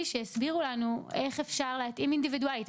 שיסבירו לנו איך אפשר להתאים אינדיבידואלית,